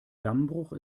dammbruch